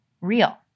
real